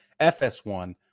FS1